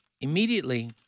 immediately